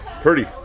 Purdy